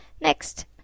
next